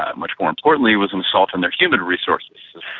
ah much more importantly it was an assault on their human resources.